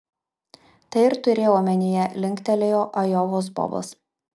tai ir turėjau omenyje linktelėjo ajovos bobas